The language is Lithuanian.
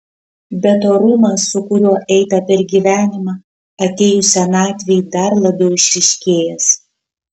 bet orumas su kuriuo eita per gyvenimą atėjus senatvei dar labiau išryškėjęs